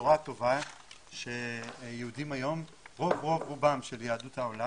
הבשורה הטובה שרוב רובה של יהדות העולם,